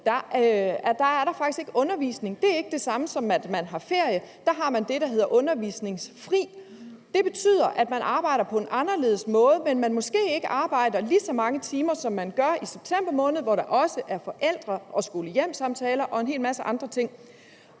måned faktisk ikke er undervisning. Det er ikke det samme, som at man har ferie; der har man det, der hedder undervisningsfri. Det betyder, at man arbejder på en anderledes måde, og at man måske ikke arbejder lige så mange timer, som man gør i september måned, hvor der også er forældremøder og skole-hjem-samtaler og en hel masse andre ting.